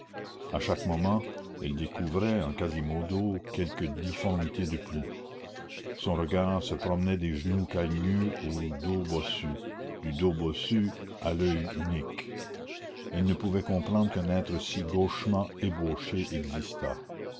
à chaque moment elle découvrait en quasimodo quelque difformité de plus son regard se promenait des genoux cagneux au dos bossu du dos bossu à l'oeil unique elle ne pouvait comprendre qu'un être si gauchement ébauché existât